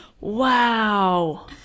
Wow